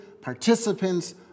participants